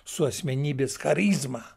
su asmenybės charizma